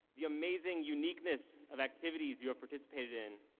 the amazing uniqueness of activities you have participated in,